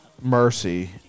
Mercy